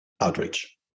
outreach